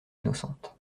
innocente